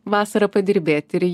vasarą padirbėti ir